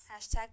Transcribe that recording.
hashtag